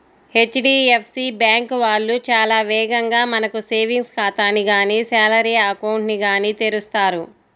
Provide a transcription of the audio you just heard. HDFC bank వాళ్ళు చాలా వేగంగా మనకు సేవింగ్స్ ఖాతాని గానీ శాలరీ అకౌంట్ ని గానీ తెరుస్తారు